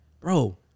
bro